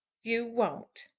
you won't?